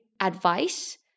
advice